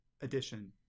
addition